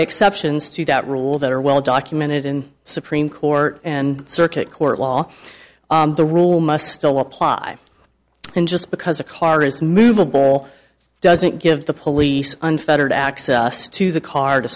exceptions to that rule that are well documented in supreme court and circuit court law the rule must still apply and just because a car is movable doesn't give the police unfettered access to the car to